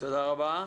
תודה רבה.